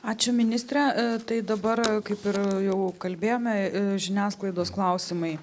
ačiū ministre tai dabar kaip ir jau kalbėjome žiniasklaidos klausimai